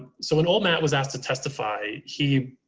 so when old matt was asked to testify, he,